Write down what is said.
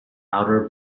outer